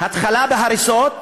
ההתחלה בהריסות,